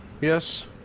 yes